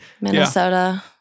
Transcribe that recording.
Minnesota